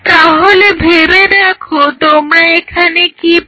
তাহলে ভেবে দেখো তোমরা এখানে কি পাচ্ছো